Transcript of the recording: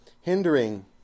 Hindering